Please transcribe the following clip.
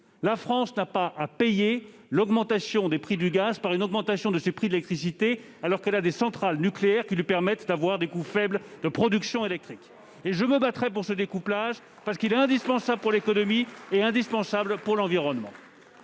La France n'a pas à payer l'augmentation des prix du gaz par une augmentation de ses prix de l'électricité, alors qu'elle a des centrales nucléaires qui lui permettent d'avoir des coûts faibles de production électrique. Cela fait vingt ans qu'on le dit ! Je me battrai pour ce découplage, parce qu'il est indispensable pour l'économie et indispensable pour l'environnement.